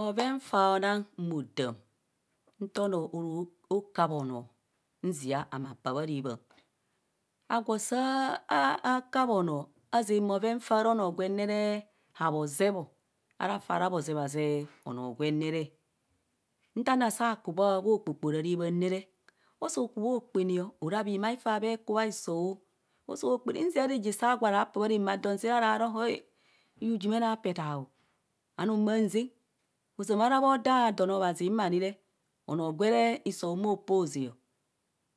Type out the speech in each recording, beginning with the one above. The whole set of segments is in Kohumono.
Bhoven fao nang modam nto noo aro kaap noo nzia maa paa bha raabham. Agwo saa a- a akaap onoo azaang bhoven faora onoo gwen nere haozeebọ ara faa ra bhozeebha zeeb onoo gwen nere. nea na saa kuko kpokpora raabhan nere, so kubo okpene ora bhimai faa bheku bhaiso ọ so kpaana nzia reje saa gwa paa bha ramaadin see, ara ro hai, iye ujumene apaa etaahu anum maa hanzang ozama ara bhodro don obhazi mani onoo gwere hiso homopoo hazaa,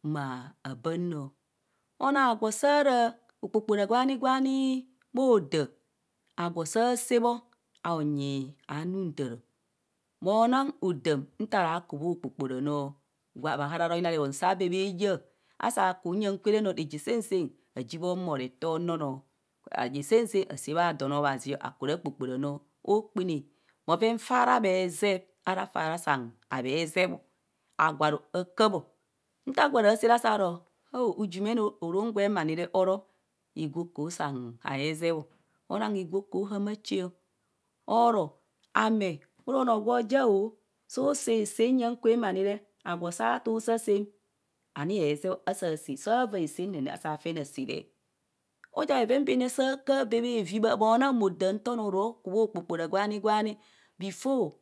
maa baan o. ona aggwo saa ra okpokpora gwani bhoda agwo saa sạạ bho aunyi aanuntaa ro monang odaam nta raa ku bhokpokpora noo, bhaharara enyina rehon saa bee ahaayaa, esaa ku nya kewune noo, reje saan saan aji bho hum o nto onoo noo, reje saan saan asaa maa dun abhazio akune a kpokpora noo okpaana bhoven faa ra bhezee ara faa ra saan habhezeebọ, agwo aru akaap ọ nta gwara saa re saa rooh ujumune orom gwen munire oro higwa okoho saan haezeeb ọ onang hugwa okoh hamaa chuọ ọrọ ame oro noo gwo ja o sọo sạạ hasạạ nyạ kwam a nire, agwo saa tuu see a saa m ani hezeeb ọ asaa, saa van asạạ asaa fene a saa re. aja bheven bhenne saa kaap bee bhevi mona nwo dam before